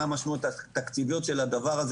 ומה המשמעויות התקציביות של הדבר הזה,